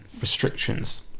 restrictions